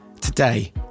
Today